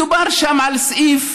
מדובר שם על סעיף